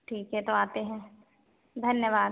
ठीक है तो आते हैं धन्यवाद